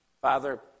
Father